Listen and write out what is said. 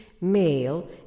male